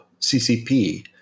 CCP